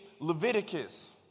Leviticus